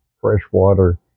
freshwater